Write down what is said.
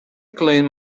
cleaned